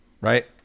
Right